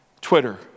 Twitter